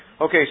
Okay